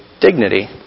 dignity